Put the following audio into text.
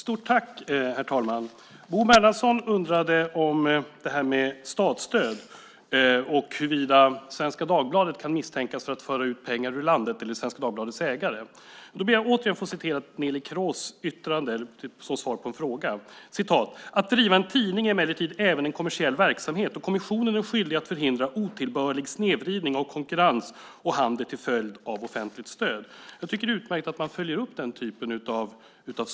Herr talman! Bo Bernhardsson undrade om statsstöd och huruvida Svenska Dagbladets ägare kan misstänkas för att föra ut pengar ur landet. Då ber jag återigen att få citera Neelie Kroes yttrande som svar på frågan. "Att driva en tidning är emellertid även en kommersiell verksamhet och kommissionen är skyldig att förhindra otillbörlig snedvridning av konkurrens och handel till följd av offentligt stöd." Jag tycker att det är utmärkt att man följer upp den typen av saker.